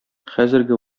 хәзерге